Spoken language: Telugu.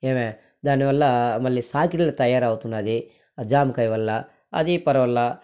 ఏమి దాని వల్ల మళ్లీ సాకిరేవు తయారవుతున్నది ఆ జామకాయి వల్ల అదీ పరవాల